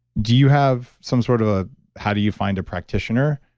do you have some sort of, ah how do you find a practitioner,